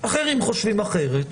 אחרים חושבים אחרת,